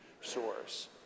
source